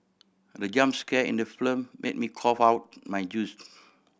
the jump scare in the film made me cough out my juice